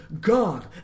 God